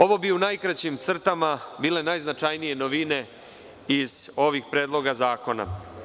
Ovo bi u najkraćim crtama bile najznačajnije novine iz ovih predloga zakona.